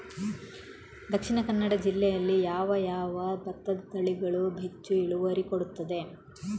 ದ.ಕ ಜಿಲ್ಲೆಯಲ್ಲಿ ಯಾವ ಯಾವ ಭತ್ತದ ತಳಿಗಳು ಹೆಚ್ಚು ಇಳುವರಿ ಕೊಡುತ್ತದೆ?